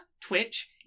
Twitch